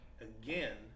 again